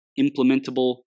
implementable